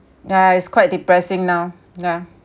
yeah it's quite depressing now yeah